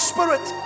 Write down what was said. Spirit